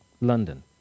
London